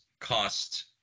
cost